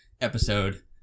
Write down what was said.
episode